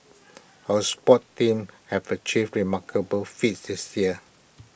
our sports teams have achieved remarkable feats this year